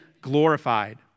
glorified